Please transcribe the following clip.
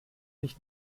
nicht